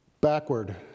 backward